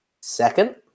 second